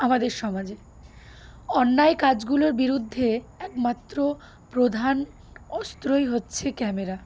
আমাদের সমাজে অন্যায় কাজগুলোর বিরুদ্ধে একমাত্র প্রধান অস্ত্রই হচ্ছে ক্যামেরা